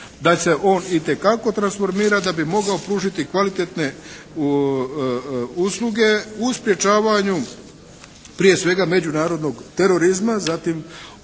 da se on itekako transformira da bi mogao pružiti kvalitetne usluge u sprječavanju prije svega međunarodnog terorizma, zatim širenja